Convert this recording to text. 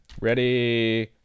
Ready